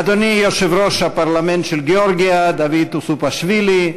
אדוני יושב-ראש הפרלמנט של גאורגיה דוד אוסופשווילי,